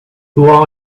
who